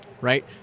right